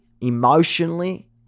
emotionally